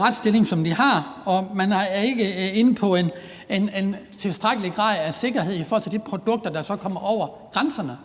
retsstilling, som vi har, og man er ikke inde på en tilstrækkelig grad af sikkerhed i forhold til de produkter, der så kommer over grænserne.